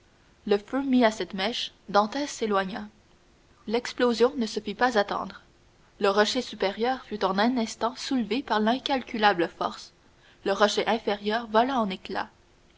le feu mis à cette mèche dantès s'éloigna l'explosion ne se fit pas attendre le rocher supérieur fut en un instant soulevé par l'incalculable force le rocher inférieur vola en éclats